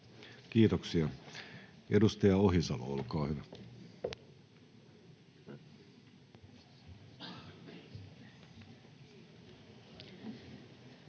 Kiitoksia. — Edustaja Ohisalo, olkaa hyvä.